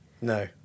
No